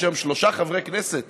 יש היום שלושה חברי כנסת